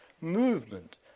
movement